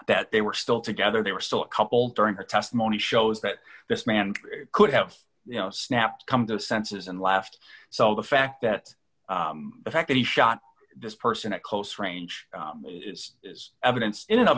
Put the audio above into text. that they were still together they were still a couple during her testimony shows that this man could have you know snap come to the senses and laughed so the fact that the fact that he shot this person at close range is is evidence in